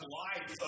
life